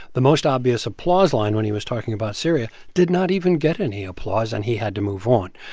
the most obvious applause line when he was talking about syria did not even get any applause, and he had to move on.